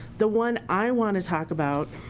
the one i wanna talk about,